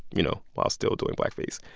you know, while still doing blackface.